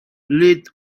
late